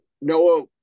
Noah